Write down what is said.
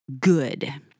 good